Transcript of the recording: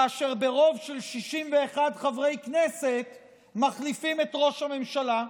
כאשר ברוב של 61 חברי כנסת מחליפים את ראש הממשלה?